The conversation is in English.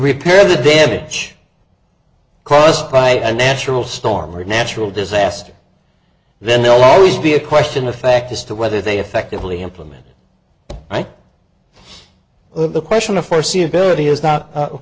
repair the damage caused by a natural storm or natural disaster then they'll always be a question of fact as to whether they effectively implement i leave the question of foreseeability has not